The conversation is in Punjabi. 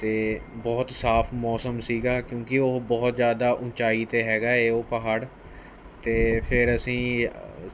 ਅਤੇ ਬਹੁਤ ਸਾਫ਼ ਮੌਸਮ ਸੀ ਕਿਉਂਕਿ ਉਹ ਬਹੁਤ ਜ਼ਿਆਦਾ ਉਚਾਈ 'ਤੇ ਹੈਗਾ ਏ ਉਹ ਪਹਾੜ 'ਤੇ ਫਿਰ ਅਸੀਂ